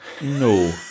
no